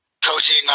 Coaching